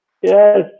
Yes